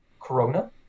corona